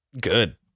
good